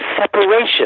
separation